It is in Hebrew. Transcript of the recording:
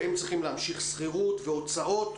הם צריכים להמשיך לשלם שכירות והוצאות,